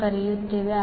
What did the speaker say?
ಎಂದು ಕರೆಯುತ್ತೇವೆ